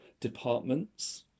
departments